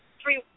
three